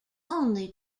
only